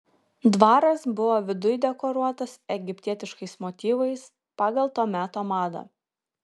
dvaras buvo viduj dekoruotas egiptietiškais motyvais pagal to meto madą